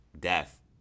death